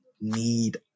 need